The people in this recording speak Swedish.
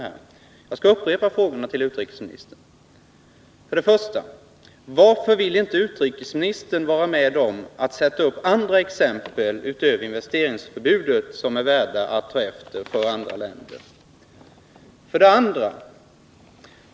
Men jag skall upprepa frågorna till utrikesministern. 1. Varför vill inte utrikesministern vara med om att sätta upp andra exempel än investeringsförbudet som värda att ta efter för andra länder? 2.